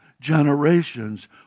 generations